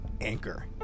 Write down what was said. Anchor